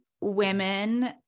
women